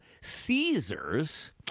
Caesars